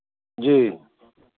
जी